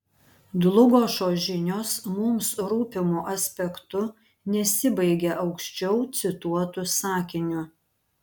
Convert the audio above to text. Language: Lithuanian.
dlugošo žinios mums rūpimu aspektu nesibaigia aukščiau cituotu sakiniu